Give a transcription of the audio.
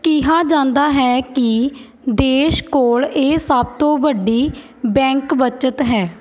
ਕਿਹਾ ਜਾਂਦਾ ਹੈ ਕਿ ਦੇਸ਼ ਕੋਲ ਇਹ ਸਭ ਤੋਂ ਵੱਡੀ ਬੈਂਕ ਬੱਚਤ ਹੈ